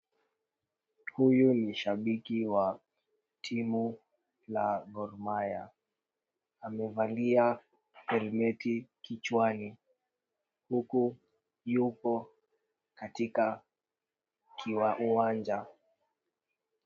Huyu ni shabiki wa timu la Gor Mahia. Amevalia helmeti kichwani, huku yumo katika uwanja.